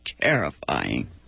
terrifying